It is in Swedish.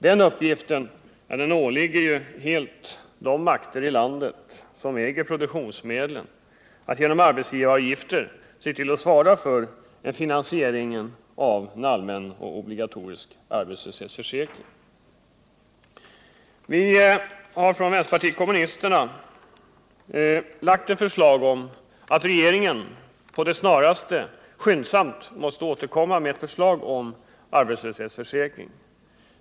Den uppgiften åligger helt de makter i landet som äger produktionsmedlen: de har att genom arbetsgivaravgifter svara för finansieringen av en allmän och obligatorisk arbetslöshetsförsäkring. Vi har från vänsterpartiet kommunisterna lagt fram ett förslag om att regeringen skyndsamt skall återkomma med förslag till arbetslöshetsförsäkring.